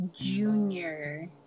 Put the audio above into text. junior